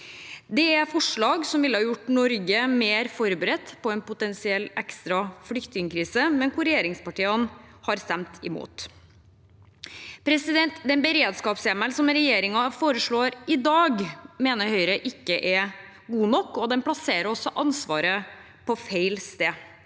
Det er forslag som ville ha gjort Norge mer forberedt på en potensiell ekstra flyktningkrise, men hvor regjeringspartiene har stemt imot. Den beredskapshjemmelen som regjeringen foreslår i dag, mener Høyre ikke er god nok, og den plasserer også ansvaret på feil sted.